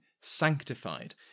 sanctified